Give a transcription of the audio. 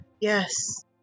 yes